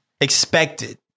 expected